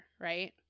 right